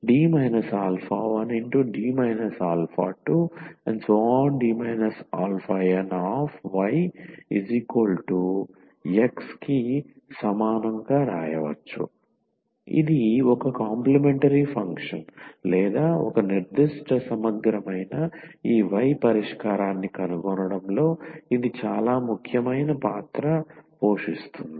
D 1D 2⋯yX ఇది ఒక complementary function లేదా ఒక నిర్దిష్ట సమగ్రమైన ఈ y పరిష్కారాన్ని కనుగొనడంలో ఇది చాలా ముఖ్యమైన పాత్ర పోషిస్తుంది